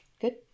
Good